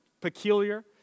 peculiar